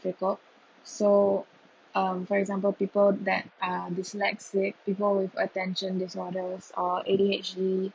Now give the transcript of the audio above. ~cult so um for example people that are dyslexic people with attention disorders uh A_D_H_D